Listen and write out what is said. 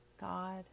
God